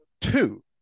two